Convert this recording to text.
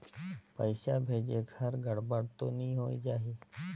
पइसा भेजेक हर गड़बड़ तो नि होए जाही?